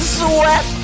sweat